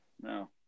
no